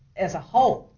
as a whole.